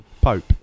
Pope